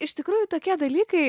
iš tikrųjų tokie dalykai